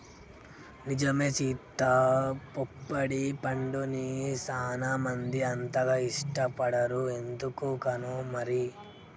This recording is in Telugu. నిజమే సీత పొప్పడి పండుని సానా మంది అంతగా ఇష్టపడరు ఎందుకనో మరి